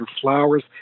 flowers